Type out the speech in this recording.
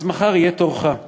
אז מחר יהיה תורך /